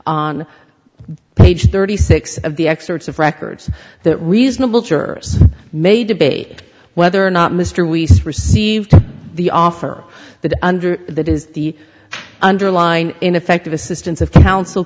on page thirty six of the excerpts of records that reasonable jurors may debate whether or not mr wiesel received the offer that under that is the underline ineffective assistance of counsel